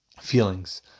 feelings